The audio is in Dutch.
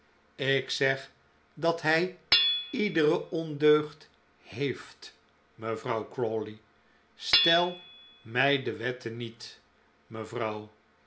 ik zeg dat hij iedere ondeugd heeft mevrouw crawley stel mij de wetten niet mevrouw